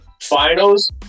finals